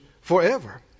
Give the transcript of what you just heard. forever